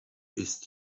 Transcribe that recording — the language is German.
ist